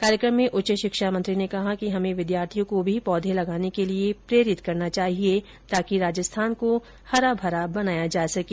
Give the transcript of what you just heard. कार्यक्रम में उच्च शिक्षा मंत्री ने कहा कि हमे विद्यार्थियों को भी पौधे लगाने के लिये प्रेरित करना चाहिये ताकि राजस्थान को हराभरा बनाया जा सके